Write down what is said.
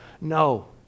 No